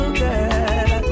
girl